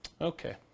Okay